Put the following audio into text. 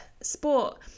sport